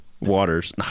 Waters